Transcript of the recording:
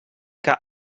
que